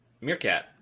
Meerkat